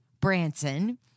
Branson